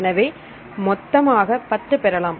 எனவே மொத்தமாக 10 பெறலாம்